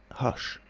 hush!